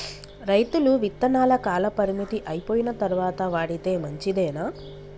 రైతులు విత్తనాల కాలపరిమితి అయిపోయిన తరువాత వాడితే మంచిదేనా?